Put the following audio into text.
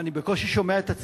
אני בקושי שומע את עצמי.